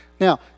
Now